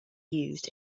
used